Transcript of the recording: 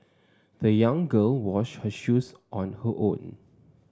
the young girl washed her shoes on her own